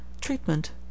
Treatment